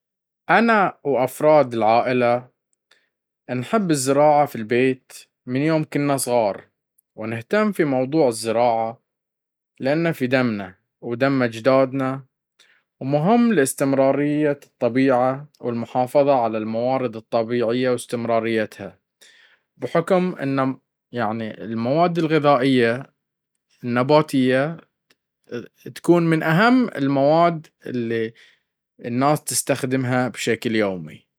أنا وأفراد العائلة نحب الزراعة في البيت من يوم كنا صغار ونهتم في موضوع الزراعة لأنه في دمنا ودم أجدادنا ومهم لإستمرارية الطبيعة والمحافظة على الموارد الطبيعية وإستمراريتها.